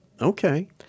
Okay